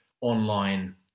online